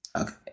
Okay